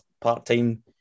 part-time